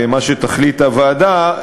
מה שתחליט הוועדה,